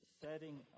setting